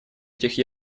этих